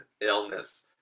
illness